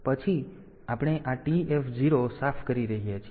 તેથી પછી આપણે આ TF0 સાફ કરી રહ્યા છીએ